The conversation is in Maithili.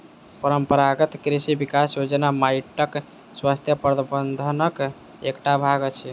परंपरागत कृषि विकास योजना माइटक स्वास्थ्य प्रबंधनक एकटा भाग अछि